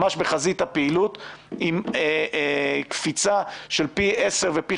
ממש בחזית הפעילות עם קפיצה של פי עשרה ופי